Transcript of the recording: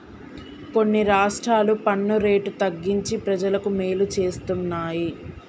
కొన్ని రాష్ట్రాలు పన్ను రేటు తగ్గించి ప్రజలకు మేలు చేస్తున్నాయి